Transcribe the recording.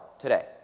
today